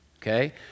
Okay